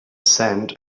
sand